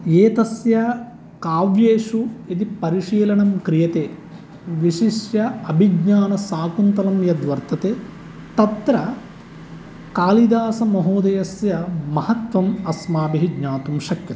येतस्य काव्येषु यदि परिशीलनं क्रियते विशिष्यन अभिज्ञानशाकुन्तलं यद्वर्तते तत्र कालिदासमहोदयस्य महत्वम् अस्माभिः ज्ञातुं शक्यते